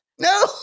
No